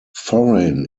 foreign